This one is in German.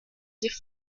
sie